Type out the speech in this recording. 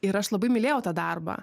ir aš labai mylėjau tą darbą